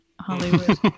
Hollywood